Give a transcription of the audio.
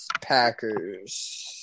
Packers